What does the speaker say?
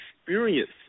experience